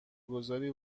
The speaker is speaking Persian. گذاری